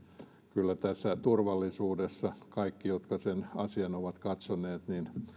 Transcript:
kyllä tässä turvallisuudessa kaikki jotka sen asian ovat katsoneet